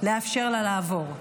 לאפשר לה לעבור.